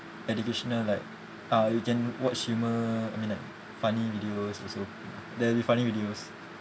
educational like uh you can watch humour I mean like funny videos also there'll be funny videos